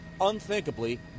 Unthinkably